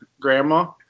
grandma